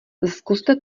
zkuste